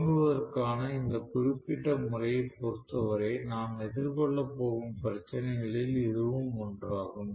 தொடங்குவதற்கான இந்த குறிப்பிட்ட முறையைப் பொறுத்தவரை நாம் எதிர்கொள்ளப் போகும் பிரச்சினைகளில் இதுவும் ஒன்றாகும்